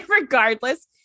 regardless